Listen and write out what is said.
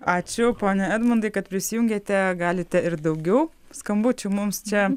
ačiū pone edmundai kad prisijungėte galite ir daugiau skambučių mums čia